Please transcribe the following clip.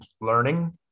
learning